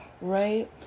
right